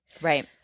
Right